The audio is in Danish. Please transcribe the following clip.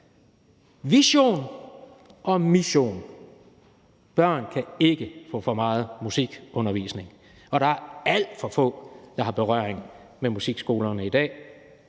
vision og mission. Børn kan ikke få for meget musikundervisning, og der er alt for få, der har berøring med musikskolerne i dag.